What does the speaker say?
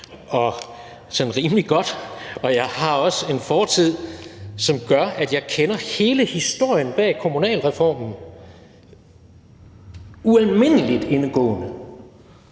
sådan rimelig godt, og jeg har også en fortid, som gør, at jeg kender hele historien bag kommunalreformen ualmindelig indgående,